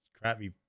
crappy